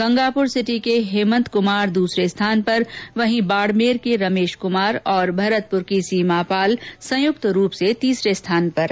Gangapur city के हेमन्त कुमार दूसरे स्थान पर वहीं बाड़मेर के रमेश कुमार और भरतपुर की सीमा पाल संयुक्त रूप से तीसरे स्थान पर रहे